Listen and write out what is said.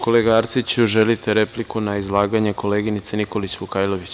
Kolega Arsiću, želite repliku na izlaganje koleginice Nikolić Vukajlović.